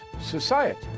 society